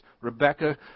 Rebecca